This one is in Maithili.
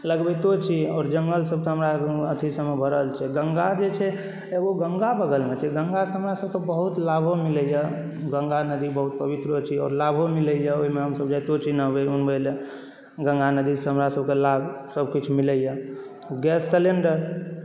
लगबैतो छी और जंगल सब तऽ हमरा आर गाँव मे अथी सब मे भरल छै गंगा जे छै एगो गंगा बगल मे छै गंगासँ हमरा सब के बहुत लाभो मिलैया गंगा नदी बहुत पवित्रो छै और लाभो मिलैया ओहिमे हमसब जायतो छी नहबै लेल गंगा नदीसँ हमरा सब के लाभ सब किछु मिलैया गैस सिलिंडर